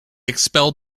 expelled